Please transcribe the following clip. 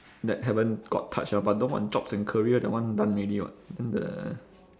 that haven't got touched ah but the one jobs and careers that one done already [what] then the